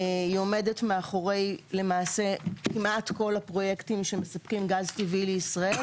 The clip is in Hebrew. היא עומדת מאחורי למעשה כמעט כל הפרויקטים שמספקים גז טבעי לישראל.